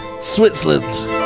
Switzerland